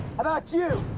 about you?